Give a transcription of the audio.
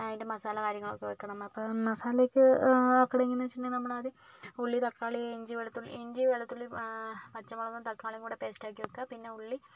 അതിൻ്റെ മസാല കാര്യങ്ങൾ ഒക്കെ വെക്കണം അപ്പോൾ മസാല ഒക്കെ ആക്കണമെങ്കിൽ എന്ന് വെച്ചിട്ടുണ്ടെങ്കിൽ നമ്മൾ ആദ്യം ഉള്ളി തക്കാളി ഇഞ്ചി വെളുത്തുള്ളി ഇഞ്ചി വെളുത്തുള്ളി പച്ചമുളകും തക്കാളിയും കൂടി പേസ്റ്റ് ആക്കി വെക്കുക പിന്നെ ഉള്ളി